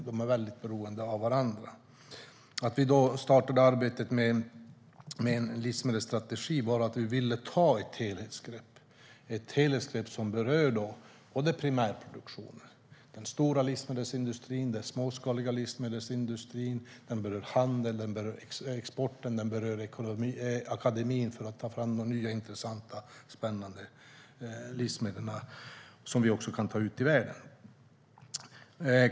De är väldigt beroende av varandra. Anledningen till att vi startade arbetet med en livsmedelsstrategi var att vi ville ta ett helhetsgrepp som berör primärproduktionen, den stora livsmedelsindustrin och den småskaliga livsmedelsindustrin. Livsmedelsstrategin berör handel, export och akademin för att den ska kunna ta fram nya, spännande och intressanta livsmedel som vi också kan föra ut i världen.